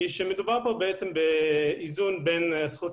היא שמדובר פה בעצם באיזון בין הזכות